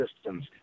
systems